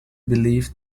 believed